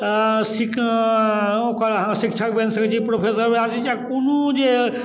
अऽ सी ओकर अहाँ शिक्षक बनि सकै छी प्रोफेसर बनि सकै छी आ कोनो जे